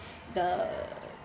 the